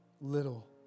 Little